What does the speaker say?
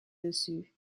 dessus